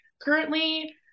Currently